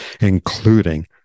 including